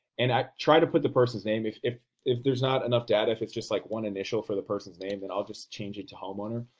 and i try to put the person's name. if if there's not enough data, if it's just like one initial for the person's name then i'll just change it to homeowner.